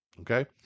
okay